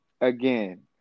again